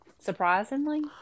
Surprisingly